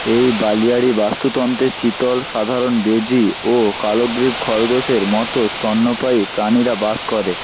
এই বালিয়াড়ি বাস্তুতন্ত্রে চিতল সাধারণ বেজি ও কালোগ্রীব খরগোশের মতো স্তন্যপায়ী প্রাণীরা বাস করে